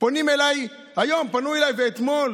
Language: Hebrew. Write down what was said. פונים אליי, היום ואתמול